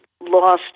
lost